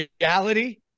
reality